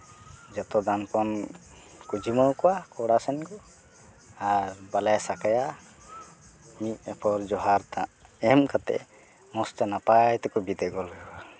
ᱡᱚᱛᱚ ᱫᱟᱢ ᱠᱚᱢ ᱠᱚ ᱡᱤᱢᱟᱣᱟᱠᱚᱣᱟ ᱠᱚᱲᱟ ᱥᱮᱱ ᱠᱚ ᱟᱨ ᱵᱟᱞᱟᱭᱟᱼᱥᱟᱠᱟᱭᱟ ᱢᱤᱫ ᱮᱠᱚᱨ ᱡᱚᱦᱟᱨ ᱮᱢ ᱠᱟᱛᱮ ᱢᱚᱡᱽᱛᱮ ᱱᱟᱯᱟᱭ ᱛᱮᱠᱚ ᱵᱤᱫᱟᱹᱭ ᱜᱚᱫ ᱠᱟᱠᱚᱣᱟ